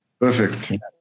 perfect